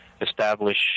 establish